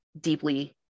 deeply